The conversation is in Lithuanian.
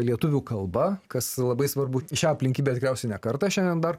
lietuvių kalba kas labai svarbu šią aplinkybę tikriausiai ne kartą šiandien dar